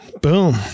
boom